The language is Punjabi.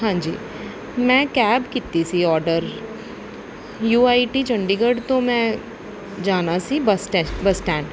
ਹਾਂਜੀ ਮੈਂ ਕੈਬ ਕੀਤੀ ਸੀ order U I T Chandigarh ਤੋਂ ਮੈਂ ਜਾਣਾ ਸੀ ਬੱਸ ਸਟੈਚ ਬੱਸ ਸਟੈਂਡ